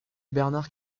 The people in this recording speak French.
bernard